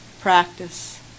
practice